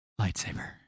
lightsaber